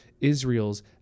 israel's